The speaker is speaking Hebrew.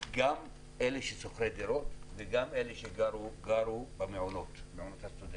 גם אלה שהם שוכרי דירות וגם אלה שגרו במעונות הסטודנטים.